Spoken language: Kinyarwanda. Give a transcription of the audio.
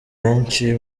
benshi